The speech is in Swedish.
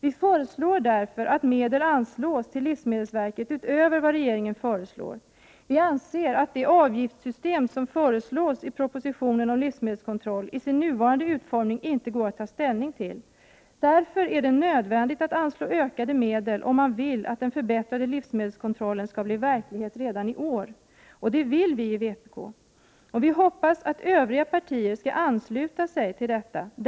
Vi föreslår därför att medel anslås till livsmedelsverket utöver vad regeringen föreslår. Vi anser att det avgiftssystem som föreslås i propositionen om livsmedelskontroll i sin nuvarande utformning inte går att ta ställning till. Det är nödvändigt att anslå ökade medel om man vill att den förbättrade livsmedelskontrollen skall bli verklighet redan i år. Det vill vi i vpk. Och vi hoppas att övriga partier | ansluter sig till detta förslag.